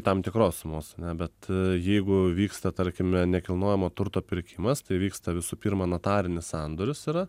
tam tikros sumos ar ne bet jeigu vyksta tarkime nekilnojamo turto pirkimas tai vyksta visų pirma notarinis sandoris yra